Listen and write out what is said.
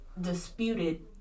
disputed